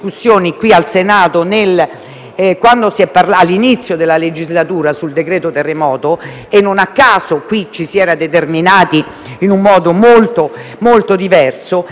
quando si è parlato all'inizio della legislatura del decreto terremoto. Non a caso qui ci si era determinati in modo molto diverso. Non pensate